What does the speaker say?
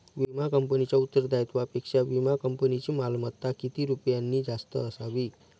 विमा कंपनीच्या उत्तरदायित्वापेक्षा विमा कंपनीची मालमत्ता किती रुपयांनी जास्त असावी?